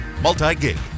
multi-gig